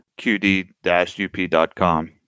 qd-up.com